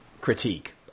critique